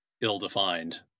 ill-defined